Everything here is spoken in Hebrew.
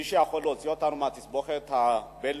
מי שיכול להוציא אותנו מהתסבוכת הבין-לאומית,